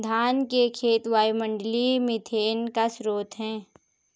धान के खेत वायुमंडलीय मीथेन का स्रोत हैं